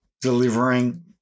delivering